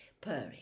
purring